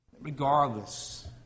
Regardless